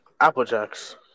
Applejacks